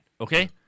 Okay